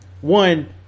One